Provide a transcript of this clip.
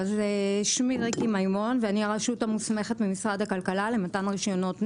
שמי ריקי מימון ואני הרשות המוסמכת ממשרד הכלכלה למתן רישיונות נשק,